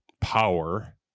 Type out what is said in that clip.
power